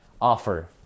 offer